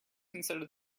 consider